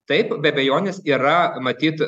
taip be abejonės yra matyt